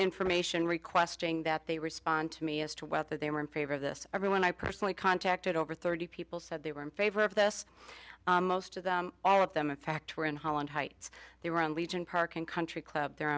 information requesting that they respond to me as to whether they were in favor of this everyone i personally contacted over thirty people said they were in favor of this most of them all of them in fact were in holland heights they were in legion park and country club the